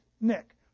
Nick